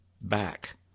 back